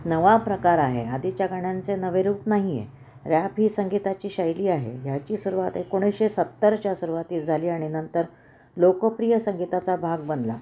नवा प्रकार आहे आधीच्या गाण्यांचे नवे रूप नाही आहे रॅप ही संगीताची शैली आहे ह्याची सुरुवात एकोणीशे सत्तरच्या सुरुवातीस झाली आणि नंतर लोकप्रिय संगीताचा भाग बनला